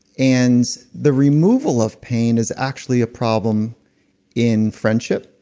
and the removal of pain is actually a problem in friendship,